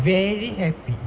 very happy